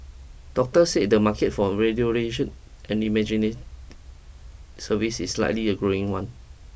doctors say the market for and imagining services is likely a growing one